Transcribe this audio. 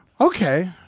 Okay